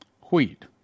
wheat